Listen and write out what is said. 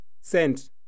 sent